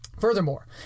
Furthermore